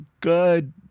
good